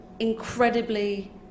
incredibly